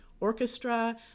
orchestra